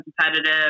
competitive